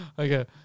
Okay